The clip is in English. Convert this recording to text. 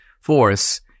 force